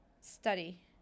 study